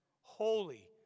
holy